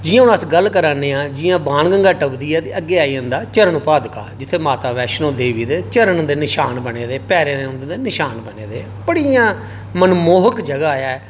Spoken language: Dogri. जि'यां हून अस गल्ल करा रे ना हां जि'यां बाण गंगा टपदी ऐ अग्गै आई जंदा चरण पादुका उत्थै माता वैष्णो देवी दे माता दे चरणें दे नशान बने दे पेरे दे उं'दे नशान बने दे बड़ी इ'यां मनमोहक जगह ऐ